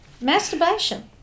Masturbation